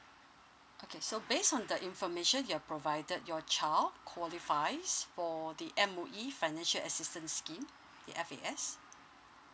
okay so based on the information you've provided your child qualifies for the M_O_E financial assistance scheme the F_A_S